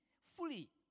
fully